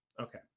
Okay